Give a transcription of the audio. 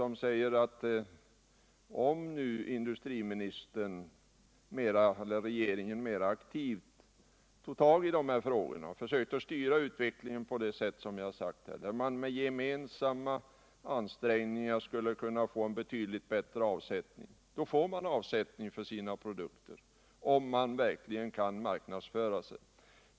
Men om nu industriministern och regeringen i övrigt mera aktivt tog tag i dessa frågor och försökte styra utvecklingen på det sätt som vi angivit, nämligen för att genom gemensamma ansträngningar få till stånd betydligt bättre avsättning för produkterna, tror jag att man skulle kunna nå resultat — om man verkligen kan marknadsföra sig.